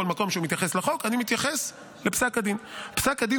בכל מקום שהוא מתייחס לחוק אני מתייחס לפסק הדין: פסק הדין